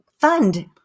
fund